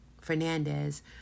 Fernandez